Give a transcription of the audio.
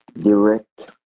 direct